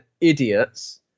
idiots